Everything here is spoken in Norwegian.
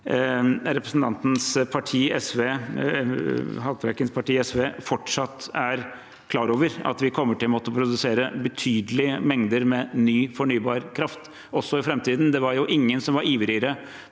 Haltbrekkens parti, SV, fortsatt er klar over at vi kommer til å måtte produsere betydelige mengder med ny fornybar kraft også i framtiden. Det var ingen som var ivrigere